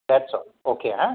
that's all okay हा